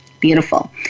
Beautiful